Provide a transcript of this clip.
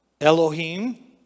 Elohim